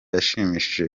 yashimishije